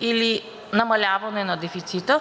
или намаляване на дефицита,